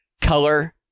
color